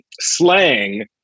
slang